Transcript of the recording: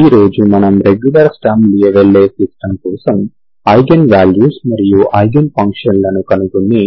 ఈ రోజు మనం రెగ్యులర్ స్టర్మ్ లియోవిల్లే సిస్టమ్ కోసం ఐగెన్ వాల్యూస్ మరియు ఐగెన్ ఫంక్షన్లను కనుగొనే